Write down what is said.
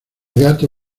gato